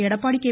Edappadi K